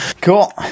Cool